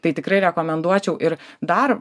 tai tikrai rekomenduočiau ir dar